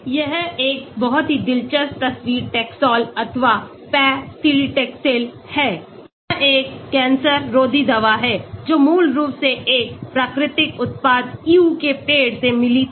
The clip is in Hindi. यह एक बहुत ही दिलचस्प तस्वीर Taxol अथवा paclitaxel है यह एक कैंसर रोधी दवा है जो मूल रूप से एक प्राकृतिक उत्पाद Yew के पेड़ से मिली थी